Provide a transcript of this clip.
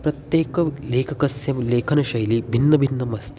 प्रत्येकस्य लेखकस्य लेखनशैली भिन्ना भिन्ना अस्ति